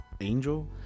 angel